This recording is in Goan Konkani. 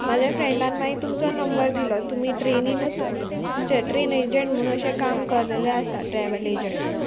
म्हाज्या फ्रेंडान मागीर तुमचो नंबर दिलो तुमी ट्रेनीनूच तुमचें ट्रेन एजंट म्हूण अशें काम करलेलें आसा ट्रेवल एजंट